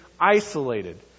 isolated